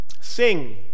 Sing